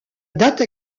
date